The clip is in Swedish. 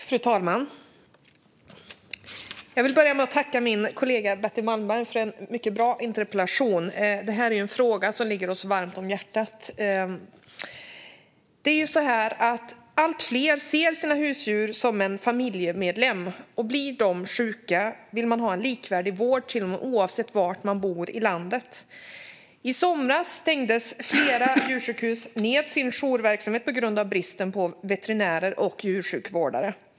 Fru talman! Jag vill börja med att tacka min kollega Betty Malmberg för en mycket bra interpellation. Detta är en fråga som ligger oss varmt om hjärtat. Allt fler ser sina husdjur som familjemedlemmar. Blir de sjuka vill man ha en likvärdig vård för dem oavsett var i landet man bor. I somras stängde flera djursjukhus ned sin jourverksamhet på grund av bristen på veterinärer och djursjukvårdare.